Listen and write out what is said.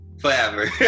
forever